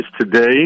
today